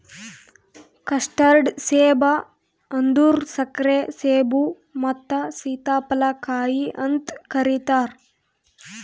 custard ಸೇಬ ಅಂದುರ್ ಸಕ್ಕರೆ ಸೇಬು ಮತ್ತ ಸೀತಾಫಲ ಕಾಯಿ ಅಂತ್ ಕರಿತಾರ್